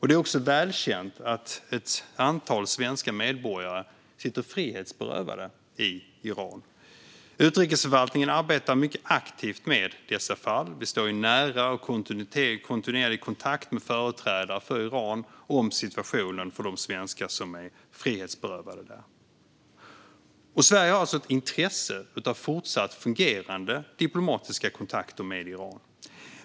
Det är också välkänt att ett antal svenska medborgare sitter frihetsberövade i Iran. Utrikesförvaltningen arbetar mycket aktivt med dessa fall. Vi står i nära och kontinuerlig kontakt med företrädare för Iran gällande situationen för de svenskar som är frihetsberövade där. Sverige har ett intresse av fortsatt fungerande diplomatiska kontakter med Iran.